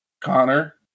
Connor